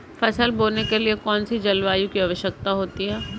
फसल बोने के लिए कौन सी जलवायु की आवश्यकता होती है?